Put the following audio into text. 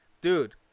Dude